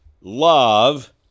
love